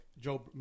Joe